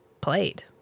played